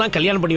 um kalianan but